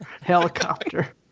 helicopter